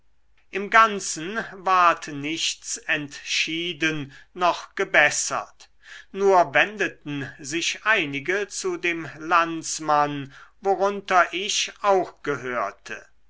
im ganzen ward nichts entschieden noch gebessert nur wendeten sich einige zu dem landsmann worunter ich auch gehörte